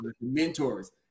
mentors